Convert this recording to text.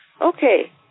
Okay